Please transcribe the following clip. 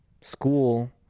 school